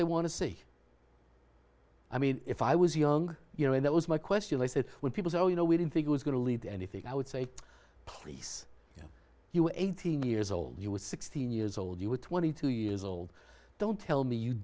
they want to see i mean if i was young you know and that was my question i said when people say oh you know we didn't think it was going to lead to anything i would say place you know you were eighteen years old you were sixteen years old you were twenty two years old don't tell me you